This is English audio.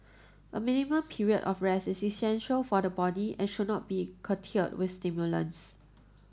a minimum period of rest is essential for the body and should not be curtailed with stimulants